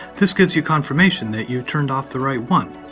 this gives you confirmation that you've turned off the right one